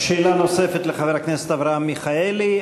נוספת לחבר הכנסת אברהם מיכאלי.